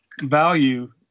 value